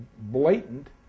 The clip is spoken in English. blatant